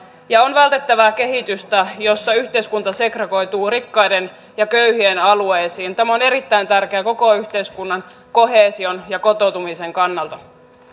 ja on vältettävä kehitystä jossa yhteiskunta segregoituu rikkaiden ja köyhien alueisiin tämä on erittäin tärkeää koko yhteiskunnan koheesion ja kotoutumisen kannalta